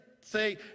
say